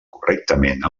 correctament